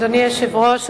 אדוני היושב-ראש,